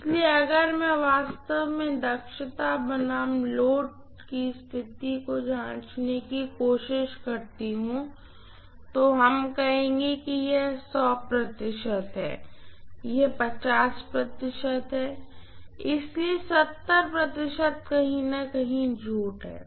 इसलिए अगर मैं वास्तव में दक्षता बनाम लोड की स्थिति की जांचने करने की कोशिश करती हूं तो हम कहें कि यह प्रतिशत है यह प्रतिशत है इसलिए कहीं न कहीं झूठ है